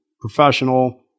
professional